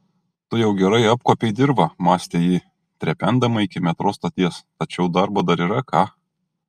tu jau gerai apkuopei dirvą mąstė ji trependama iki metro stoties tačiau darbo dar yra ką